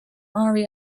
maury